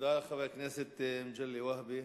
תודה לחבר הכנסת מגלי והבה.